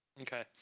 okay